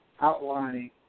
outlining